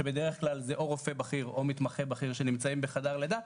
שבדרך כלל זה או רופא בכיר או מתמחה בכיר שנמצאים בחדר לידה,